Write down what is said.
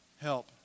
help